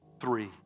three